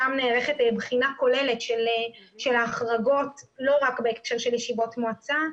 שם נערכת בחינה כוללת של ההחרגות לא רק בהקשר של ישיבות מועצה,